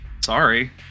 sorry